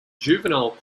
juvenile